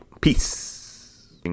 Peace